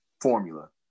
formula